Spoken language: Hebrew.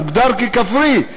מוגדר ככפרי,